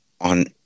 on